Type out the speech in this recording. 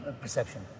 perception